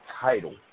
title